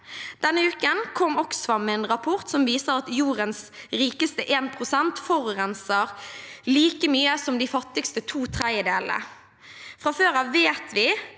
Denne uken kom Oxfam med en rapport som viser at jordens rikeste én-prosent forurenser like mye som de fattigste to tredjedelene. Fra før av vet vi,